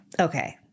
okay